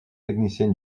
technicien